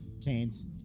Canes